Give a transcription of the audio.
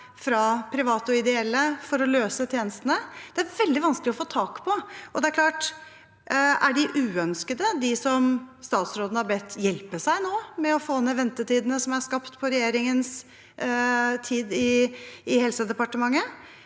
fra private og ideelle for å løse tjenestene? Det er det veldig vanskelig å få tak på. Og er de uønsket, de som statsråden nå har bedt om å hjelpe seg med å få ned ventetidene som er skapt under regjeringens tid i Helsedepartementet?